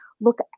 look